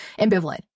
ambivalent